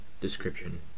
Description